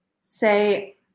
say